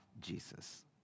Jesus